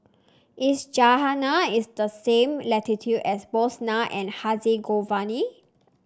is Ghana is the same latitude as Bosnia and Herzegovina